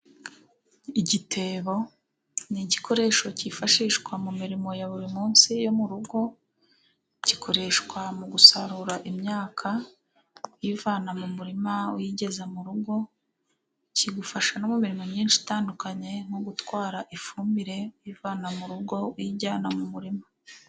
igitebo ni igikoresho cyifashishwa mu mirimo ya buri munsi yo mu rugo, gikoreshwa mu gusarura imyaka, uyivana mu murima uyigeza mu rugo , kigufashamo imirimo myinshi itandukanye nko gutwara ifumbire, uyivana mu rugo uyijyana mu murima.